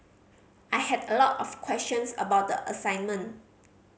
I had a lot of questions about the assignment